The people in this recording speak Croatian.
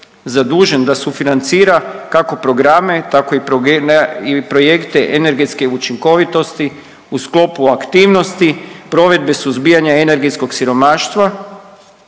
zadužen da sufinancira kako programe tako i projekte energetske učinkovitosti u sklopu aktivnosti provedbe suzbijanja energetskog siromaštva,